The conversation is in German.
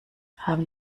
haben